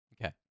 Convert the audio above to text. okay